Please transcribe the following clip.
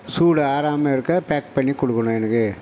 சூடு ஆறாமல் இருக்க பேக் பண்ணி கொடுக்கணும் எனக்கு